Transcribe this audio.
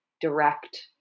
direct